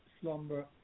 slumber